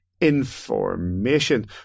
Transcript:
information